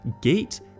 Gate